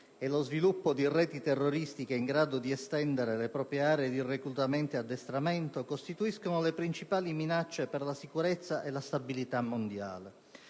e lo sviluppo di reti terroristiche in grado di estendere le proprie aree di reclutamento ed addestramento costituiscono le principali minacce per la sicurezza e la stabilità mondiale.